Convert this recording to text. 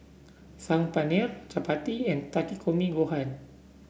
Saag Paneer Chapati and Takikomi Gohan